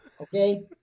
Okay